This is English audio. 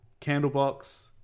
Candlebox